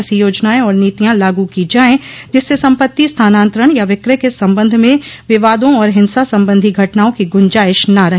ऐसी योजनायें और नीतियां लागू की जायें जिससे संपत्ति स्थानांतरण या बिकय के संबंध में विवादों और हिंसा संबंधी घटनाओं की गुंजाइश न रहे